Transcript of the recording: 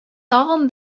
тагын